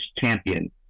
champion